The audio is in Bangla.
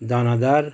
দানাদার